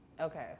Okay